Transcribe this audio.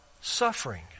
suffering